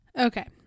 Okay